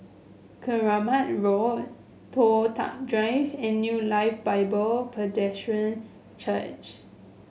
Keramat Road Toh Tuck Drive and New Life Bible Presbyterian Church